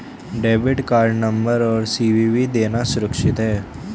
Debit card number और CVV देना सुरक्षित है?